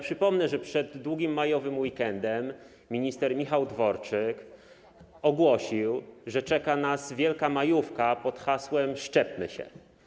Przypomnę, że przed długim majowym weekendem minister Michał Dworczyk ogłosił, że czeka nas wielka majówka pod hasłem: Szczepmy się.